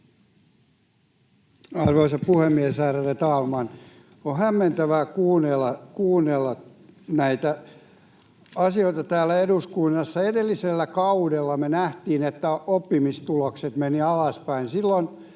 Arvoisa puhemies, ärade talman! On hämmentävää kuunnella näitä asioita täällä eduskunnassa. Edellisellä kaudella me nähtiin, että oppimistulokset menivät alaspäin. Silloin